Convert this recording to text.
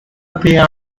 pair